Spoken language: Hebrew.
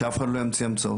שאף אחד לא ימציא המצאות.